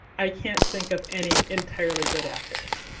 i can't think of any entirely good actors.